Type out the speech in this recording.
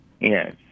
Yes